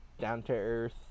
down-to-earth